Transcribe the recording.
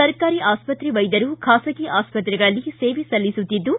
ಸರ್ಕಾರಿ ಆಸ್ಪತ್ರೆ ವೈದ್ಯರು ಖಾಸಗಿ ಆಸ್ಪತ್ರೆಗಳಲ್ಲಿ ಸೇವೆ ಸಲ್ಲಿಸುತ್ತಿದ್ದು